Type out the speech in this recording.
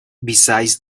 besides